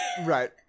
right